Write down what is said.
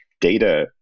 data